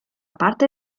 parte